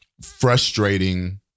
frustrating